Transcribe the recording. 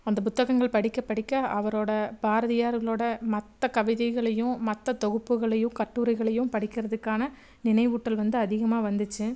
அந்த புத்தகங்கள் படிக்க படிக்க அவரோடய பாரதியாருங்களோடய மற்ற கவிதைகளையும் மற்ற தொகுப்புகளையும் கட்டுரைகளையும் படிக்கிறதுக்கான நினைவூட்டல் வந்து அதிகமாக வந்துச்சு